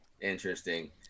Interesting